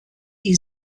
die